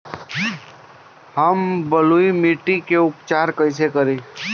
हम बलुइ माटी के उपचार कईसे करि?